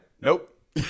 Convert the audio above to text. Nope